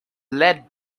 led